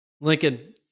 Lincoln